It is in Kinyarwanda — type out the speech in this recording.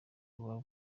iwabo